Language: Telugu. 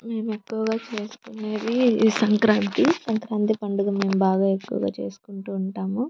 మేము ఎక్కువగా చేసుకునేది ఈ సంక్రాంతి సంక్రాంతి పండుగ మేము బాగా ఎక్కువగా చేసుకుంటు ఉంటాము